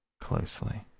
closely